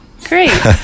Great